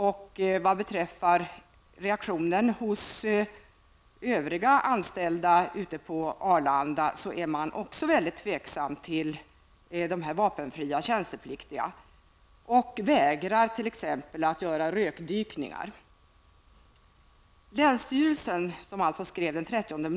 Också bland övriga anställda ute på Arlanda är man mycket tveksam till dessa vapenfria tjänstepliktiga, som t.ex. vägrar att göra rökdykningar.